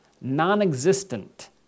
non-existent